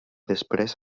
després